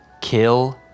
Kill